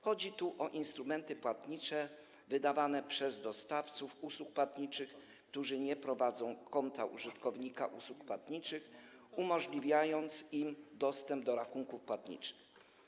Chodzi tu o instrumenty płatnicze wydawane przez dostawców usług płatniczych, którzy nie prowadzą konta użytkownika usług płatniczych, co umożliwia dostęp do rachunków płatniczych.